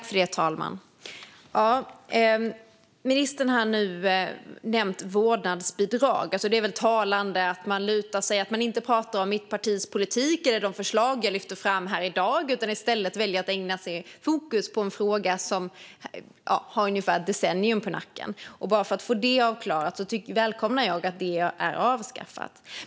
Fru talman! Ministern nämner nu vårdnadsbidrag. Det är talande att man inte pratar om sitt eget partis politik eller om de förslag jag lyfter fram här i dag utan i stället väljer att ha fokus på en fråga som har ungefär ett decennium på nacken. Bara för att få det avklarat: Jag välkomnar att vårdnadsbidraget är avskaffat.